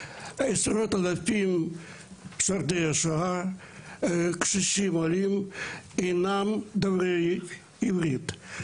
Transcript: עשרות אלפי שורדי שואה וקשישים עולים אינם דוברי עברית.